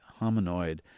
hominoid